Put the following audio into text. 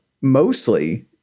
mostly